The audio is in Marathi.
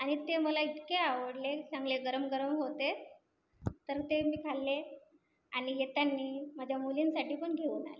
आणि ते मला इतके आवडले चांगले गरम गरम होते तर ते मी खाल्ले आणि येताना माझ्या मुलींसाठी पण घेऊन आले